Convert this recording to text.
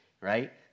right